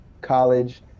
college